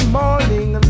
morning